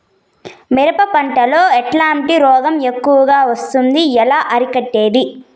మిరప పంట లో ఎట్లాంటి రోగం ఎక్కువగా వస్తుంది? ఎలా అరికట్టేది?